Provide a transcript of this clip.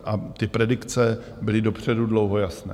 A ty predikce byly dopředu dlouho jasné.